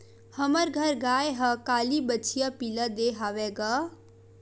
हमर घर गाय ह काली बछिया पिला दे हवय गा